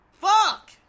fuck